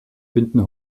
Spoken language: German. finden